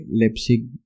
Leipzig